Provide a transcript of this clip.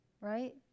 right